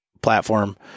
platform